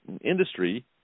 industry